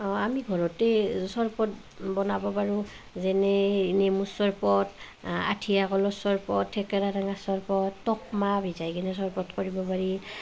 আমি ঘৰতে চৰবত বনাব পাৰোঁ যেনে এই নেমু চৰবত আঠীয়া কলৰ চৰবত থেকেৰা টেঙাৰ চৰবত টোপ মাহ ভিজাই কিনে চৰবত কৰিব পাৰি